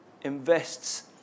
invests